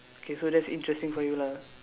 okay so that's interesting for you lah